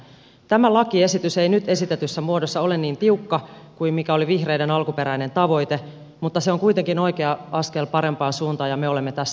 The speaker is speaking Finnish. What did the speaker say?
tämä lakiesitys ei nyt esitetyssä muodossa ole niin tiukka kuin oli vihreiden alkuperäinen tavoite mutta se on kuitenkin oikea askel parempaan suuntaan ja me olemme tässä mukana